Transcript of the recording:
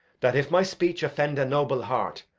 that, if my speech offend a noble heart,